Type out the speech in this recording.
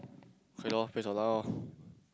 K lor based on luck loh